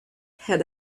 had